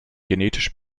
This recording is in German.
genetisch